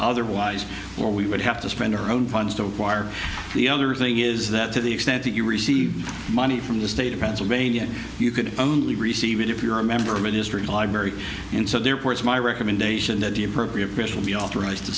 otherwise or we would have to spend our own funds to acquire the other thing is that to the extent that you receive money from the state of pennsylvania you could only receive it if you're a member of a history library and so therefore it's my recommendation that the appropriate